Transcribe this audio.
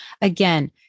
again